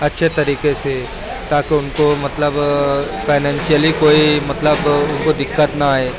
اچھے طریقے سے تاکہ ان کو مطلب فائنینشیلی کوئی مطلب ان کو دقت نہ آئے